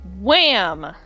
wham